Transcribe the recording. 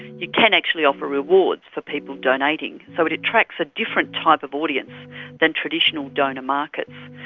you can actually offer rewards for people donating, so it attracts a different type of audience than traditional donor markets.